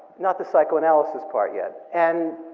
not the psychoanalysis part yet. and